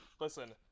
Listen